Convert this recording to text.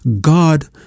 God